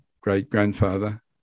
great-grandfather